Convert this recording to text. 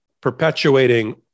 perpetuating